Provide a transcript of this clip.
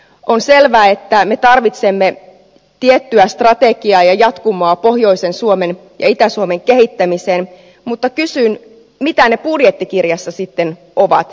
on selvää että me tarvitsemme tiettyä strategiaa ja jatkumoa pohjoisen suomen ja itä suomen kehittämiseen mutta kysyn mitä ne panostukset budjettikirjassa sitten ovat